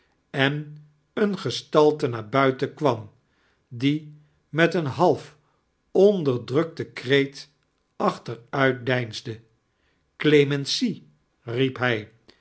en eene gestalte naar buiten kwam die met eetn half-onderdrukten kreet achteruit deinsde clemency riep hij